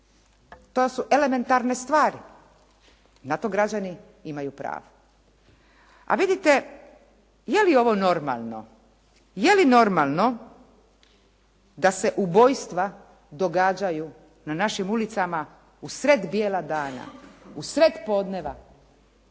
To su elementarne stvari na to građani imaju pravo. A vidite jeli ovo normalno, jeli normalno da se ubojstva događaju na našim ulicama u sred bijela dana, usred podneva?